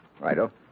righto